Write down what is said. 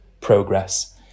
progress